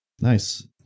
Nice